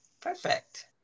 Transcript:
Perfect